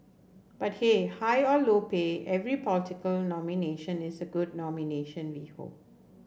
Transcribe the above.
but hey high or low pay every political nomination is a good nomination we hope